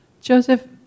Joseph